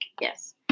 yes